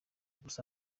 gusa